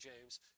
James